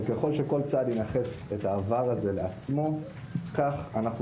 וככל שכל צד ינכס את העבר הזה לעצמו כך אנחנו